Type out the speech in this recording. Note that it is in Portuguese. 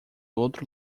outro